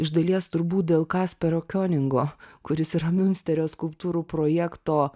iš dalies turbūt dėl kaspero kioningo kuris yra miunsterio skulptūrų projekto